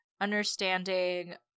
understanding